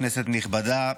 כנסת נכבדה,